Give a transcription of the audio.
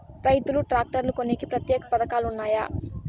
రైతులు ట్రాక్టర్లు కొనేకి ప్రత్యేక పథకాలు ఉన్నాయా?